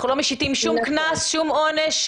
אנחנו לא משיתים לא קנס ולא עונש.